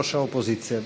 ראש האופוזיציה.